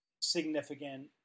significant